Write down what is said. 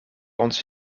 ons